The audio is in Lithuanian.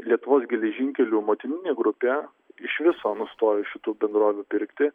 lietuvos geležinkelių motininė grupė iš viso nustojo iš šitų bendrovių pirkti